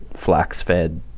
flax-fed